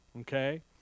Okay